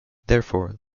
therefore